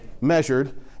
measured